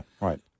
right